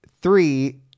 Three